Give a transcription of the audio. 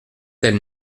tel